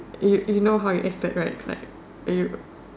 you you know how you acted right like you